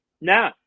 No